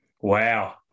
Wow